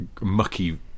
mucky